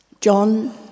John